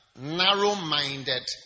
narrow-minded